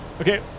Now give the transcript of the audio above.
Okay